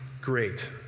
great